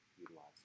utilize